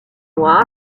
noir